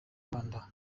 rwanda